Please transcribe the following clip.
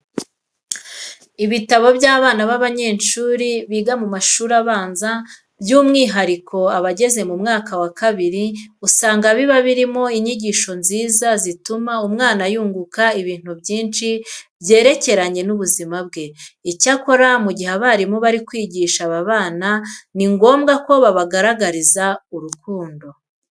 Ibitabo by'abana b'abanyeshuri biga mu mashuri abanza by'umwihariko abageze mu mwaka wa kabiri, usanga biba birimo inyigisho nziza zituma umwana yunguka ibintu byinshi byerekeranye n'ubuzima bwe. Icyakora mu gihe abarimu bari kwigisha aba bana ni ngombwa ko babagaragariza urukundo.